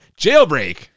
jailbreak